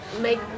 make